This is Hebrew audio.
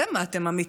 אתם, מה, אתם אמיתיים?